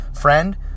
friend